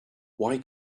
why